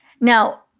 Now